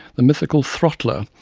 the mythical throttler,